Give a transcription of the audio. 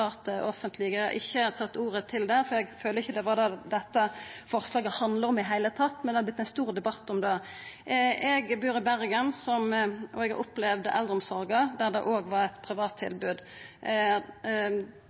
offentlege. Eg har ikkje tatt ordet til det, for eg følte ikkje det var det dette forslaget handla om i det heile. Men det har vorte ein stor debatt om det. Eg bur i Bergen, og eg har opplevd ei eldreomsorg der det òg var eit privat